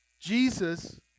Jesus